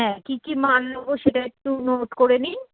হ্যাঁ কি কি মাল নোবো সেটা একটু নোট করে নিন